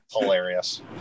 Hilarious